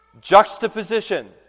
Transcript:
Juxtaposition